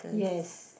yes